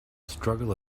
struggle